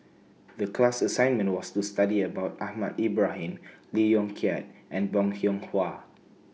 The class assignment was to study about Ahmad Ibrahim Lee Yong Kiat and Bong Hiong Hwa